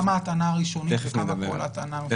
כמה הטענה הראשונית וכמה כל הטענה אחרי זה?